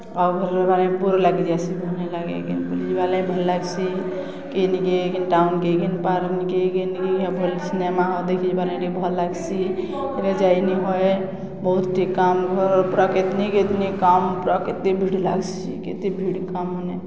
ଆଉ ଘରେ ରହେବାର୍ଲାଗି ବୋର୍ ଲାଗିଯାଏସି ଭଲ୍ ନି ଲାଗେ ବୁଲିିଯିବା ଲାଗି ଭଲ୍ ଲାଗ୍ସି କେନିକେ କେନ୍ ଟାଉନ୍ କେନ୍ ପାର୍କ୍ ନିକେ ଭଲ୍ ସିନେମା ହଲ୍ ଦେଖିଯିବା ଲାଗି ଟିକେ ଭଲ୍ ଲାଗ୍ସି ହେଲେ ଯାଇନି ହଏ ବହୁତ୍ଟେ କାମ୍ ଘରର୍ ପୁରା କେତ୍ନି କେତ୍ନି କାମ୍ ପୁରା କେତେ ଭିଡ଼୍ ଲାଗ୍ସି କେତେ ଭିଡ଼୍ କାମ୍ ମନେ